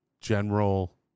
general